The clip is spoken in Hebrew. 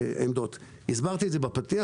הסברתי את זה בפתיח.